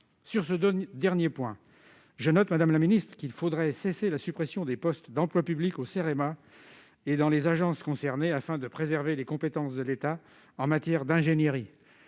Sur ce dernier point, madame la ministre, il faudrait cesser de supprimer des postes d'emploi public au Cerema et dans les agences concernées afin de préserver les compétences de l'État en matière d'ingénierie.